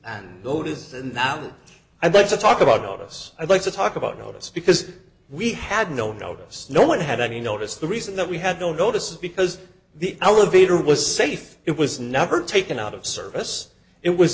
not i'd like to talk about us i'd like to talk about it because we had no notice no one had any notice the reason that we had no notice is because the elevator was safe it was never taken out of service it was